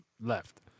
left